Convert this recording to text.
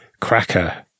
cracker